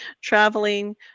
traveling